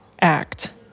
act